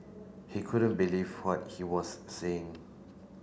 he couldn't believe what he was seeing